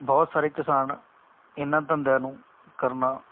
ਬਹੁਤ ਸਾਰੇ ਕਿਸਾਨ ਇਹਨਾਂ ਨੂੰ ਕਰਨਾ